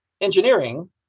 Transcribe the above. engineering